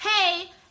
hey